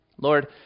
Lord